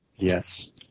Yes